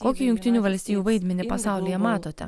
kokį jungtinių valstijų vaidmenį pasaulyje matote